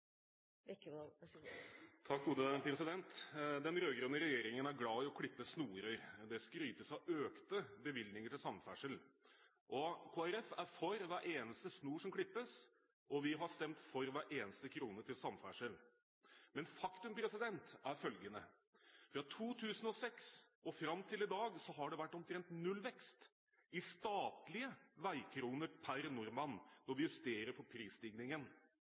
glad i å klippe snorer. Det skrytes av økte bevilgninger til samferdsel. Kristelig Folkeparti er for hver eneste snor som klippes, og vi har stemt for hver eneste krone til samferdsel. Men faktum er følgende: Fra 2006 og fram til i dag har det vært omtrent nullvekst i statlige veikroner per nordmann når vi justerer for prisstigningen.